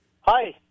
Hi